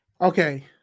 Okay